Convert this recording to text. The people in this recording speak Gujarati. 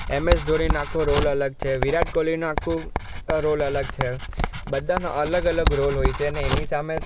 એમ એસ ધોનીનો આખો રોલ અલગ છે વિરાટ કોહલીનું આખું રોલ અલગ છે બધાનો અલગ અલગ રોલ હોય છે ને એની સામે